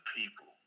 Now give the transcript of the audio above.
people